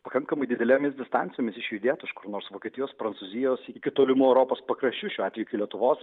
pakankamai didelėmis distancijomis išjudėtų iš kur nors vokietijos prancūzijos iki tolimų europos pakraščių šiuo atveju iki lietuvos